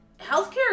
healthcare